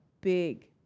big